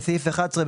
4)בסעיף 11,